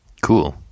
Cool